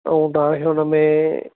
अऊं तव्हां खे हुन में